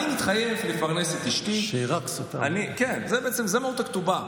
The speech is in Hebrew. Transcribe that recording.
אני מתחייב לפרנס את אשתי, כן, זו מהות הכתובה.